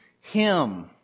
Him